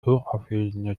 hochauflösende